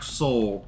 soul